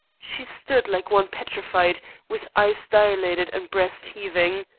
she stood like one petrified, with eyes dilated and breast heaving.